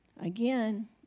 Again